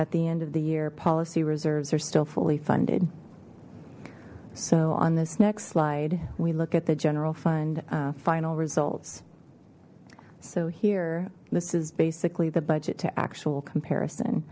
at the end of the year policy reserves are still fully funded so on this next slide we look at the general fund final results so here this is basically the budget to actual comparison